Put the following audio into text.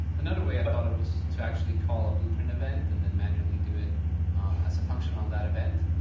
another way i thought of was to actually call a blueprint event, and then manually do it as a function on that event.